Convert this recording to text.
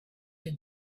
had